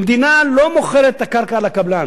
המדינה לא מוכרת את הקרקע לקבלן,